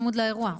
צמוד לאירוע.